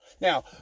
Now